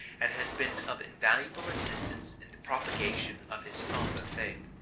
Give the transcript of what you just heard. and has been of invaluable assistance in the propagation of his sombre faith.